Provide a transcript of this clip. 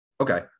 okay